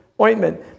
ointment